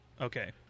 Okay